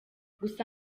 gusa